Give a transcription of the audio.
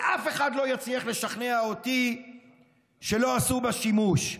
ואף אחד לא יצליח לשכנע אותי שלא עשו בה שימוש.